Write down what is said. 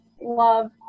love